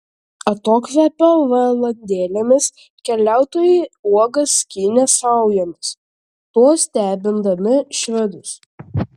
atokvėpio valandėlėmis keliautojai uogas skynė saujomis tuo stebindami švedus